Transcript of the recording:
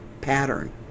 pattern